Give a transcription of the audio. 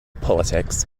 politics